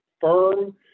firm